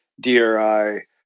Dri